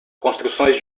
construções